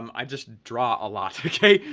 um i just draw a lot, okay?